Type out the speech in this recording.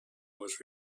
was